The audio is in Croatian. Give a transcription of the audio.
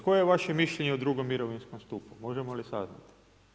Koje je vaše mišljenje o drugom mirovinskom stupu, možemo li saznati?